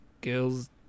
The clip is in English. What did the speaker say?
girls